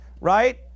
right